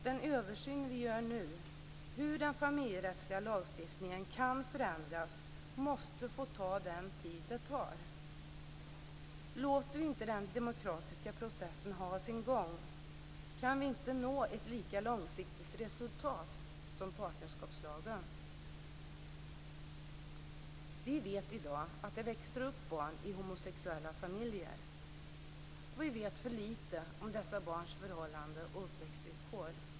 Den översyn vi nu gör av hur den familjerättsliga lagstiftningen kan förändras måste få ta den tid den tar. Låter vi inte den demokratiska processen ha sin gång kan vi inte nå ett lika långsiktigt resultat som i partnerskapslagen. Vi vet att det i dag växer upp barn i homosexuella familjer, och vi vet för lite om dessa barns förhållanden och uppväxtvillkor.